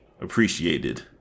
Appreciated